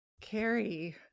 Carrie